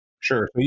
Sure